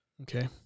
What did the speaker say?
Okay